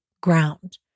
ground